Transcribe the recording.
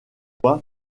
toit